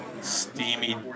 steamy